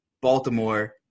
Baltimore